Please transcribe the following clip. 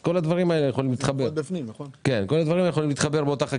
כל הדברים האלה יכולים להתחבר באותה חקיקה.